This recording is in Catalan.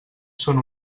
són